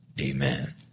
Amen